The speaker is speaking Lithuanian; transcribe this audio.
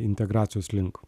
integracijos link